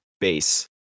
base